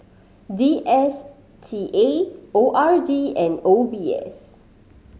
D S T A O R D and O B S